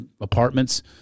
apartments